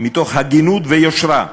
מתוך הגינות ויושרה,